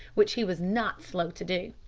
which he was not slow to do.